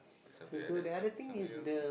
something like that some something else